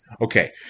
Okay